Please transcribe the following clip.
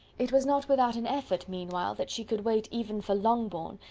it was not without an effort, meanwhile, that she could wait even for longbourn,